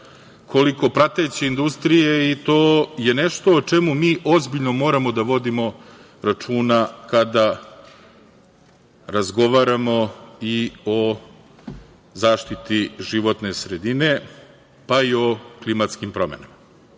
koliko prateće industrije. To je nešto o čemu mi ozbiljno moramo da vodimo računa kada razgovaramo i o zaštiti životne sredine, pa i o klimatskim promenama. Ja